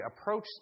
approach